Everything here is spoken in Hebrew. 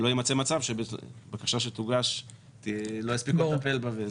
שלא ייווצר מצב שתהיה בקשה שתוגש ולא יספיקו לטפל בה.